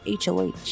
HOH